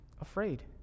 afraid